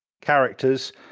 Characters